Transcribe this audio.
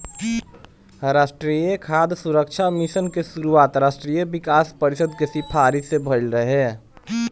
राष्ट्रीय खाद्य सुरक्षा मिशन के शुरुआत राष्ट्रीय विकास परिषद के सिफारिस से भइल रहे